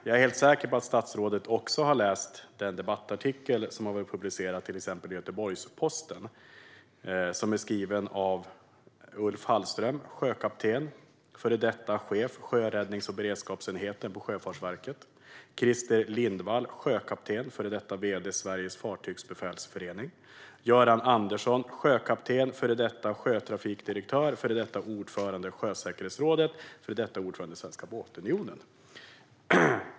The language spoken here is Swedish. Jag är helt säker på att statsrådet också har läst den debattartikel som har varit publicerad till exempel i Göteborgs-Posten som är skriven av Ulf Hallström, sjökapten och före detta chef på sjöräddnings och beredskapsenheten på Sjöfartsverket, Christer Lindvall, sjökapten och före detta vd för Sveriges Fartygsbefälsförening och Göran Andersson, sjökapten och före detta sjötrafikdirektör, före detta ordförande i Sjösäkerhetsrådet och före detta ordförande i Svenska Båtunionen.